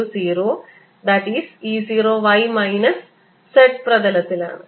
E0 y z പ്രതലത്തിലാണ്